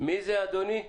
מי אדוני?